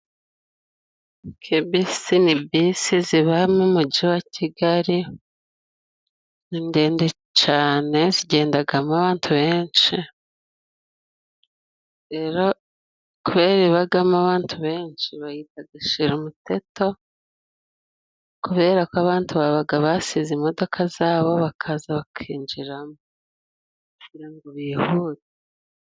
Kebise ni bisi ziba mu muji wa kigali ni ndende cane. Zigendagamo abatu benshi, rero kubera ibagamo abantu benshi, bazita shira umuteto, kubera ko abantu babaga basize imodoka zabo bakaza bakinjiramo ngo bihute.